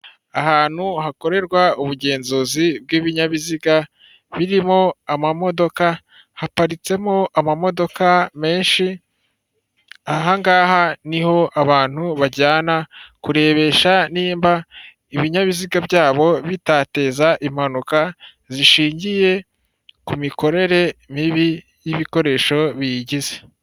Ahantu hakorerwa ubugenzuzi bw'ibinyabiziga birimo amamodoka haparitsemo amamodoka menshi, ahangaha niho abantu bajyana kurebesha nibamba ibinyabiziga byabo bitateza impanuka zishingiye ku mikorere mibi y'ibikoresho biyigize.